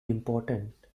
important